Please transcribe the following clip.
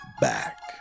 back